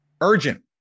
Urgent